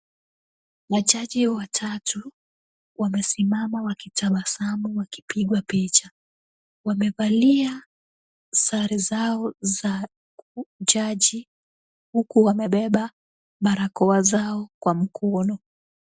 Majaji watatu wamesimama wakitabasamu wakipigwa picha. Wamevalia sare zao za kijaji huku wamebeba barakoa zao kwa mkono.